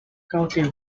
county